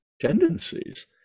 tendencies